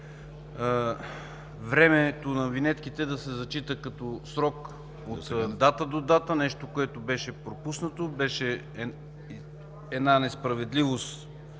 времето на винетките да се зачита като срок от дата до дата – нещо, което беше пропуснато, и една несправедливост